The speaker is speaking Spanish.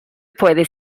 puede